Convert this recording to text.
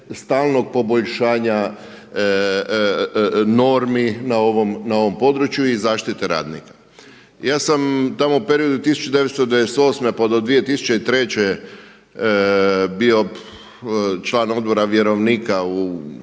stalnog poboljšanja normi na ovom području i zaštite radnika. Ja sam tamo u periodu 1998. pa do 2003. bio član Odbora vjerovnika u